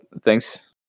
thanks